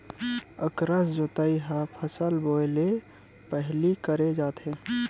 अकरस जोतई ह फसल बोए ले पहिली करे जाथे